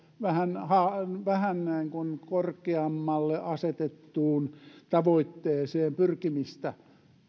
vähän korkeammalle asetettuun tavoitteeseen pyrkimistä